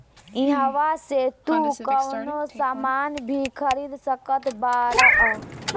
इहवा से तू कवनो सामान भी खरीद सकत बारअ